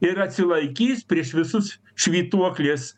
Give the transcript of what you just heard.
ir atsilaikys prieš visus švytuoklės